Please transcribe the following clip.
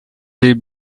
way